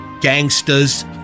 gangsters